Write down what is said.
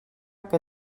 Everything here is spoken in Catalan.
que